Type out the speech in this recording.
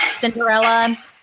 Cinderella